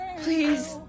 Please